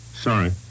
Sorry